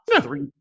three